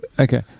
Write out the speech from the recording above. Okay